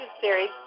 series